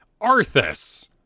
arthas